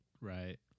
right